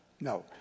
no